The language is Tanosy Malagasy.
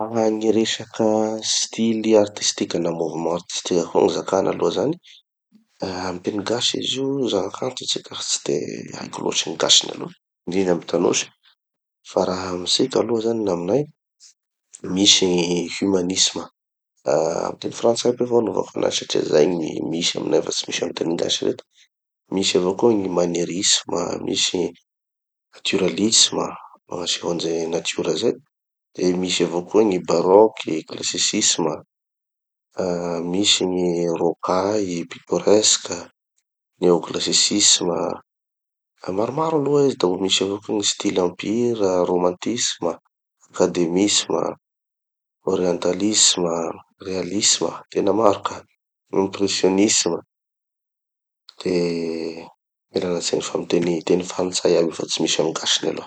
Ah gny resaka styles artistiques aloha na mouvements artistiques koa gny zakana aloha zany, ah amy teny gasy izy io zava-kanto tsy d- tsy de haiko loatry gny gasiny aloha, indrindra amy tanosy. Fa raha amitsika aloha zany na aminay, misy gny humanisme, amy teny frantsay aby avao anovako anazy satria zay gny misy aminay fa tsy misy amy teny gasy reto, misy avao koa gny humanirisme, misy gny naturalisme, hagnaseho anizay natiora zay, de misy avao koa gny baroque, gny classicisme, ah misy gny rocaille, pitoresque, néoclassicisme. Ah maromaro aloha izy, da mbo misy avao koa gny style empire, romantisme, academisme, orientalisme, realisme, tena maro ka, impressionisme, de ialana tsiny fa miteny teny frantsay aby fa tsy misy amy gasiny aloha.